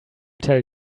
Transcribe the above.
tell